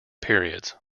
periods